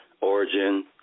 origin